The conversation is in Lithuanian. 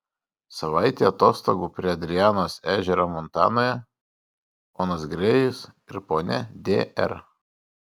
savaitė atostogų prie adrianos ežero montanoje ponas grėjus ir ponia d r